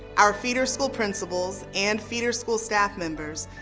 our feeder school principals and feeder school staff members.